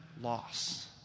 loss